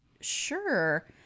sure